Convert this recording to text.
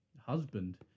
Husband